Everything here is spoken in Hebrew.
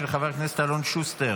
של חבר הכנסת אלון שוסטר.